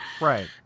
Right